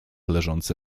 leżący